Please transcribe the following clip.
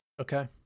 Okay